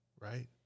Right